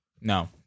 no